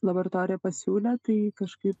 laboratorija pasiūlė tai kažkaip